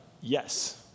Yes